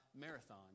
marathon